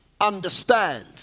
understand